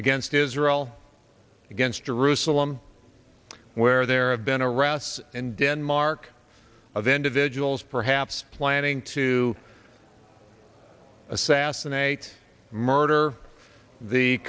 against israel against jerusalem where there have been arrests in denmark of individuals perhaps planning to assassinate murder the